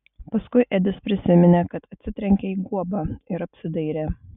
paskui edis prisiminė kad atsitrenkė į guobą ir apsidairė